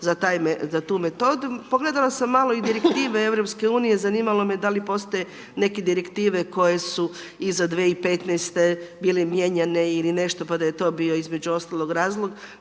za tu metodu. Pogledala sam malo i direktive EU, zanimalo me je da li postoje neke direktive koje su iza 2015. bile mijenjane ili nešto, pa da je to bio između ostalog razlog,